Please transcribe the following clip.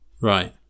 right